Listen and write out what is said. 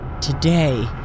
Today